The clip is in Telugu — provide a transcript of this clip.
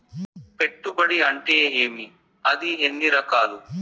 పెట్టుబడి అంటే ఏమి అది ఎన్ని రకాలు